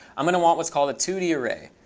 i'm going to want what's called a two d array.